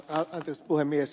arvoisa puhemies